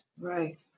Right